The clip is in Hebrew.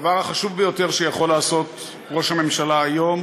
הדבר החשוב ביותר שיכול לעשות ראש הממשלה היום